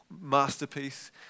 masterpiece